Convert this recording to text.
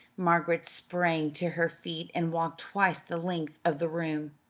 margaret sprang to her feet and walked twice the length of the room.